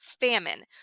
famine